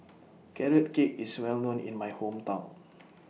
Carrot Cake IS Well known in My Hometown